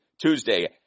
Tuesday